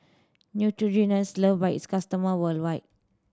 neutrogena is loved by its customer worldwide